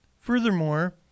Furthermore